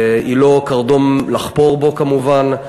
היא לא קרדום לחפור בו, כמובן.